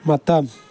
ꯃꯇꯝ